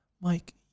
Mike